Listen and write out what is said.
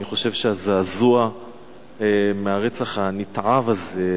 אני חושב שהזעזוע מהרצח הנתעב הזה,